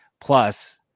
plus